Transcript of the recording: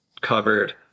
covered